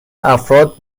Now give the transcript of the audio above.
افراد